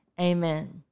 amen